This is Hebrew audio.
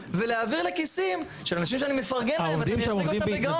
מהציבור ולהעביר לכיסים של אנשים שאני מפרגן להם ואתה מייצג אותם בגאון.